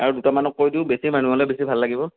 আৰু দুটামানক কৈ দিওঁ বেছি মানুহ হ'লে বেছি ভাল লাগিব